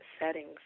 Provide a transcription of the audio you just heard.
settings